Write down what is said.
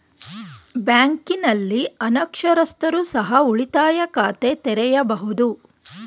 ಬ್ಯಾಂಕಿನಲ್ಲಿ ಅನಕ್ಷರಸ್ಥರು ಸಹ ಉಳಿತಾಯ ಖಾತೆ ತೆರೆಯಬಹುದು?